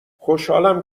خوشحالم